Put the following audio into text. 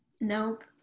nope